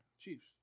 Chiefs